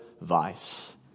vice